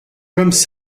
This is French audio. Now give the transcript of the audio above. comme